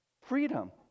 freedom